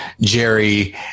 Jerry